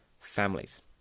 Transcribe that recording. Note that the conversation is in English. families